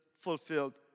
fulfilled